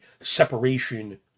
separation